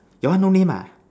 your one no name ah